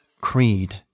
creed